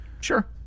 Sure